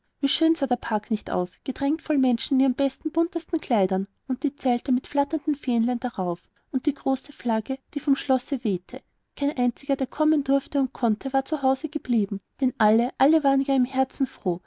wie schön sah der park nicht aus gedrängt voll menschen in ihren besten buntesten kleidern und die zelte mit flatternden fähnlein darauf und die große flagge die vom schlosse wehte kein einziger der kommen durfte und konnte war zu hause geblieben denn alle alle waren ja von herzen froh